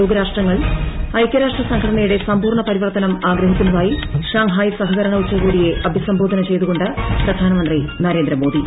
ലോകരാഷ്ട്രങ്ങൾ ഐക്യൂര്യാഷ്ട്രസംഘടനയുടെ സമ്പൂർണ്ണ പരിവർത്ത്നും ആഗ്രഹിക്കുന്നതായി ഷാങ്ഹായി സഹിക്ര്ണ് ഉച്ചകോടിയെ അഭിസംബോധന ചെയ്തുകൊണ്ട് പ്രധാനമന്ത്രി നരേന്ദ്ര മോദി